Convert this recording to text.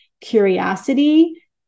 curiosity